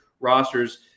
rosters